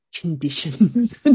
conditions